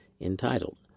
entitled